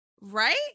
Right